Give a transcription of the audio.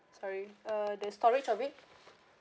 sorry uh the storage of it